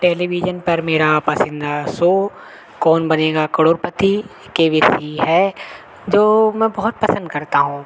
television पर मेरा पसंदीदा show Kaun Banega Crorepati K B C है जो मैं बहुत पसंद करता हूँ